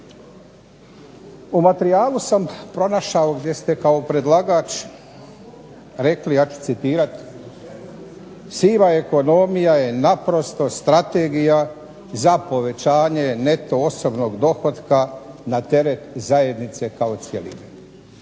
U materijalu sam pronašao gdje ste kao predlagač rekli, ja ću citirat: siva ekonomija je naprosto strategija za povećanje neto osobnog dohotka na teret zajednice kao cjeline.